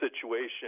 situation